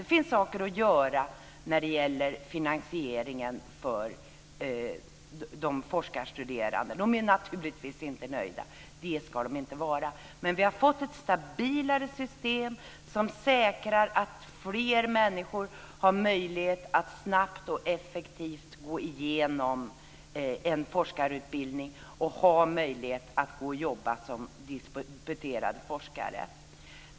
Det finns saker att göra när det gäller finansieringen för de forskarstuderande. De är naturligtvis inte nöjda, och det ska de inte vara. Men vi har fått ett stabilare system som säkrar att fler människor har möjlighet att snabbt och effektivt gå igenom en forskarutbildning och möjlighet att gå och jobba som disputerad forskare.